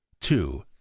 Two